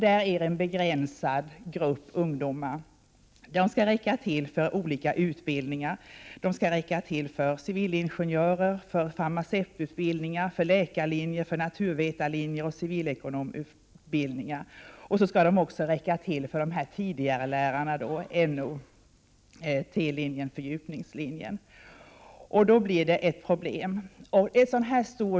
Där finns en begränsad grupp ungdomar. Den skall räcka till för olika utbildningar: civilingenjörsutbildningen, farmaceututbildningen, läkarlinjen, naturvetarlinjen och civilekonomutbildningen. Dessutom skall den räcka till för tidigarelärarutbildningen med fördjupningsalternativet matematik och naturorienterande ämnen. Då uppstår problem.